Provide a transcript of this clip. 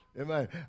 Amen